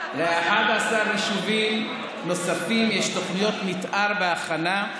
ל-11 יישובים נוספים יש תוכניות מתאר בהכנה,